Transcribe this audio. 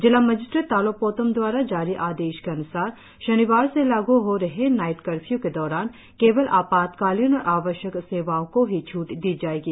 जिला मजिस्ट्रेट तालो पोतम द्वारा जारी आदेश के अन्सार शनिवार से लागू हो रहे नाईट कर्फ्यू के दौरान केवल आपातकालिन और आवश्यक सेवाओं को ही छूट दी जाएगी